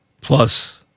plus